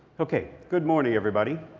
okay. good morning, everybody.